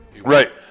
Right